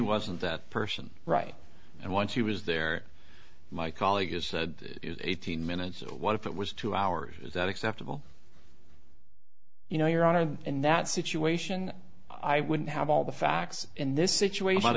wasn't that person right and once he was there my colleague has said is eighteen minutes or what if it was two hours is that acceptable you know your honor in that situation i wouldn't have all the facts in this situation